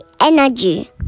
energy